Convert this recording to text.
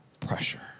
pressure